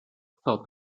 thought